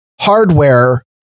hardware